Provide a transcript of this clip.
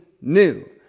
new